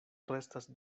restas